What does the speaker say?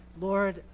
Lord